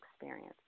experience